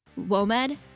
WOMED